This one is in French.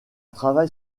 travail